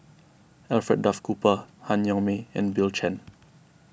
Alfred Duff Cooper Han Yong May and Bill Chen